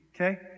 okay